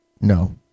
no